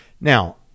Now